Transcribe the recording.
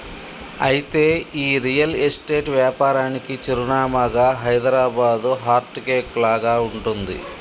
అయితే ఈ real estate వ్యాపారానికి చిరునామాగా హైదరాబాదు హార్ట్ కేక్ లాగా ఉంటుంది